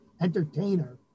entertainer